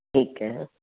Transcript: ਠੀਕ ਹੈ